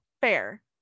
Fair